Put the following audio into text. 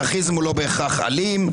אנרכיזם הוא לא בהכרח אלים.